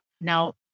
Now